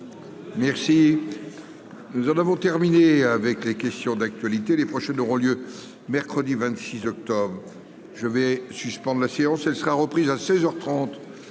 Merci, nous en avons terminé avec les questions d'actualité, les prochaines auront lieu mercredi 26 octobre je vais suspendre la séance, elle sera reprise à 16